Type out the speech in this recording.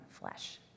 flesh